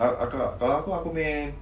kalau aku aku punya